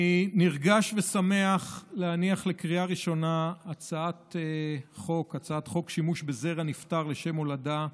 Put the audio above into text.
אני נרגש ושמח להניח לקריאה ראשונה הצעת חוק שימוש בזרע נפטר לשם הולדה.